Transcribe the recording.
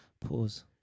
Pause